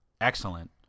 excellent